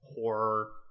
horror